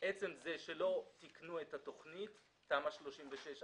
עצם זה שלא תיקנו את תוכנית תמ"א 36א',